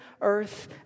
earth